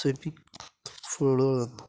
swimming പൂളുകൾ വന്നു